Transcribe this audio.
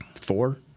four